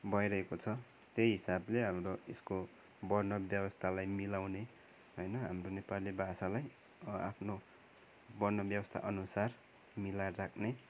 भइरहेको छ त्यही हिसाबले हाम्रो यसको वर्णव्यवस्थालाई मिलाउने होइन हाम्रो नेपाली भाषालाई आफ्नो वर्णव्यवस्था अनुसार मिलाएर राख्ने